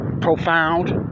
profound